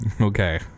Okay